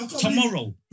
tomorrow